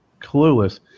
clueless